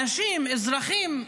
אנשים, אזרחים,